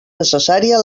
necessària